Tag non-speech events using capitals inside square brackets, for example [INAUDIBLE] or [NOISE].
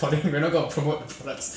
[LAUGHS]